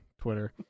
Twitter